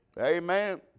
Amen